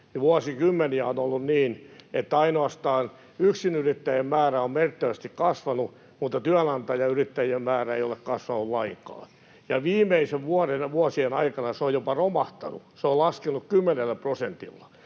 vuosikymmeniä on ollut niin, että ainoastaan yksinyrittäjien määrä on merkittävästi kasvanut, mutta työnantajayrittäjien määrä ei ole kasvanut lainkaan. Ja viimeisten vuosien aikana se on jopa romahtanut, se on laskenut kymmenellä prosentilla.